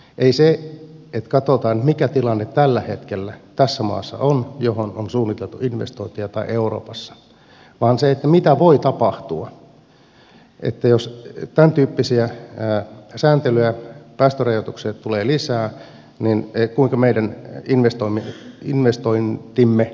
ei se että katsotaan mikä tilanne tällä hetkellä tässä maassa on johon on suunniteltu investointeja tai euroopassa vaan se mitä voi tapahtua jos tämäntyyppisiä sääntelyjä päästörajoituksia tulee lisää kuinka meidän investointimme sitten käy